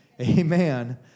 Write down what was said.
amen